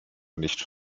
nicht